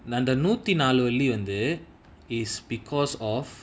நா அந்த நூத்தி நாலு வெள்ளி வந்து:na antha noothi naalu velli vanthu is because of